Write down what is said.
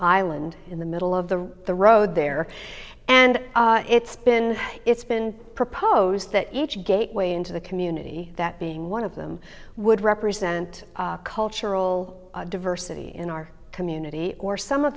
island in the middle of the the road there and it's been it's been proposed that each gateway into the community that being one of them would represent cultural diversity in our community or some of